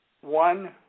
One